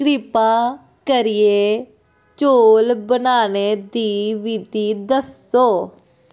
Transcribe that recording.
किरपा करियै चौल बनाने दी विधि दस्सो